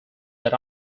that